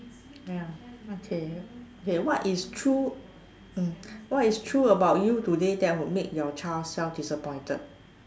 ya okay okay what is true mm what is true about you today that will make your child self disappointed